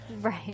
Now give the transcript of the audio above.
Right